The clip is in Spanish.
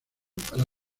para